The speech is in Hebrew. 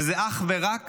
וזה אך ורק